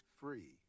free